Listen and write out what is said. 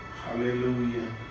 Hallelujah